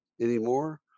anymore